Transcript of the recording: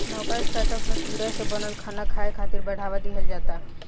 नवका स्टार्टअप में कीड़ा से बनल खाना खाए खातिर बढ़ावा दिहल जाता